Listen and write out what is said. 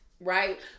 right